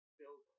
build